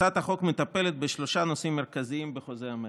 הצעת החוק מטפלת בשלושה נושאים מרכזיים בחוזה המכר.